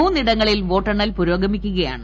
മൂന്നിടങ്ങളിൽ വോട്ടെണ്ണൽ പുരോഗമിക്കുകയാണ്